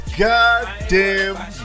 goddamn